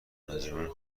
نظامیان